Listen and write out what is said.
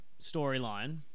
storyline